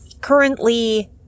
currently